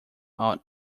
are